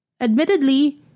Admittedly